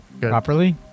Properly